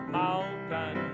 mountain